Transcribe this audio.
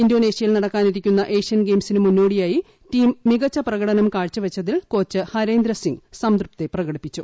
ഇന്ത്യോനേഷ്യയിൽ നടക്കാനിരിക്കുന്ന ഏഷ്യൻ ഗെയിംസിന് മുന്നോടിയായി ടീം മികച്ച പ്രകടനം കാഴ്ചവച്ചതിൽ കോച്ച് ഹരേന്ദ്രസിങ് സംതൃപ്തി പ്രകടിപ്പിച്ചു